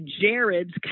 Jared's